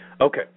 Okay